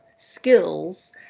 Skills